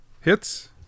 Hits